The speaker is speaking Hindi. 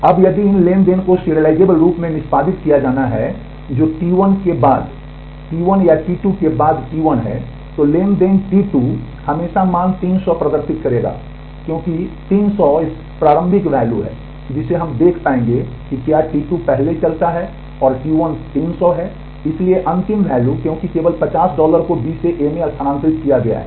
अब यदि इन ट्रांज़ैक्शन को सिरिअलाइज़ेबल रूप से निष्पादित किया जाता है जो T1 के बाद T1 या T2 के बाद T1 है तो ट्रांज़ैक्शन T2 हमेशा मान 300 प्रदर्शित करेगा क्योंकि 300s प्रारंभिक वैल्यू क्योंकि केवल 50 डॉलर को बी से ए में स्थानांतरित किया गया है